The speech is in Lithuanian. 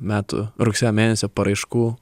metų rugsėjo mėnesio paraiškų